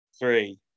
Three